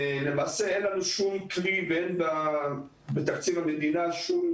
ולמעשה אין לנו שום כלי ואין בתקציב המדינה שום,